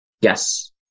Yes